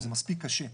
זה מספיק קשה.